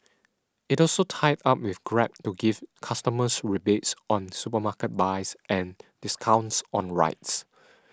it also tied up with Grab to give customers rebates on supermarket buys and discounts on rides